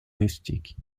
rustiques